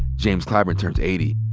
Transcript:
james clyburn turns eighty.